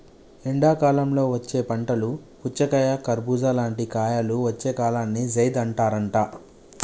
ఎండాకాలంలో వచ్చే పంటలు పుచ్చకాయ కర్బుజా లాంటి కాయలు వచ్చే కాలాన్ని జైద్ అంటారట